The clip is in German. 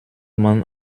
man